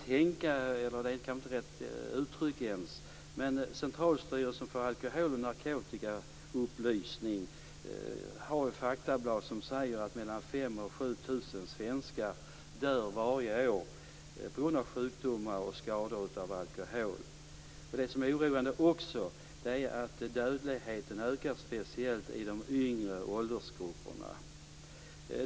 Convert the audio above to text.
Centralstyrelsen för alkohol och narkotikaupplysning säger i ett faktablad att 5 000-7 000 svenskar dör varje år på grund av sjukdomar och skador orsakade av alkohol. Vad som också är oroande är att dödligheten ökar speciellt inom de yngre åldersgrupperna.